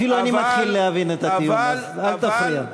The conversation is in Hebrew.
אפילו אני מתחיל להבין את הטיעון, אז אל תפריע.